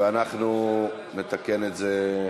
ואנחנו נתקן את זה.